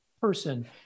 person